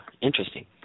interesting